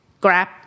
grab